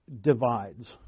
divides